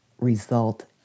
result